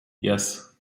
yes